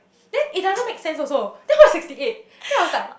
then it doesn't make sense also then watch sixty eight then I was like